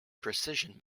precision